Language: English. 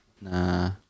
Nah